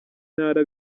ntara